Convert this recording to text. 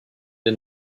den